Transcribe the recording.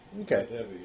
Okay